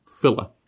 filler